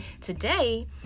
Today